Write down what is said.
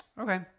Okay